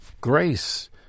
Grace